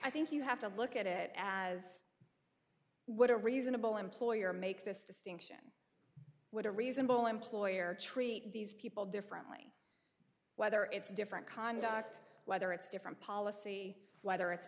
i think you have to look at it as what a reasonable employer make this distinction would a reasonable employer treat these people differently whether it's different conduct whether it's different policy whether it's